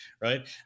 right